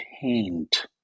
paint